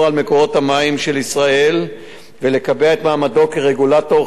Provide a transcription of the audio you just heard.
על מקורות המים של ישראל ולקבע את מעמדה כרגולטור